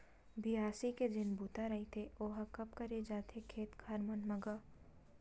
बियासी के जेन बूता रहिथे ओहा कब करे जाथे खेत खार मन म गा?